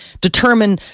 determine